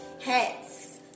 hats